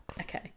Okay